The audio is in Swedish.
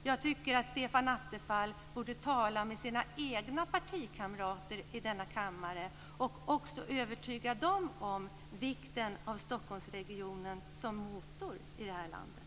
Jag tycker att Stefan Attefall borde tala med sina egna partikamrater i denna kammare och också övertyga dem om vikten av Stockholmsregionen som motor i det här landet.